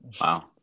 Wow